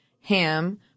ham